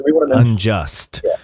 unjust